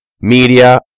media